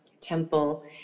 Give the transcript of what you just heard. temple